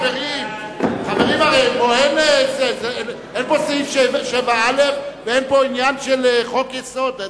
אין פה סעיף 7א או עניין של חוק-יסוד.